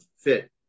fit